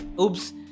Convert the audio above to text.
oops